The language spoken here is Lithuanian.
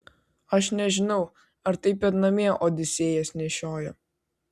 aš nežinau ar taip ir namie odisėjas nešiojo